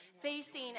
facing